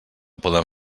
poden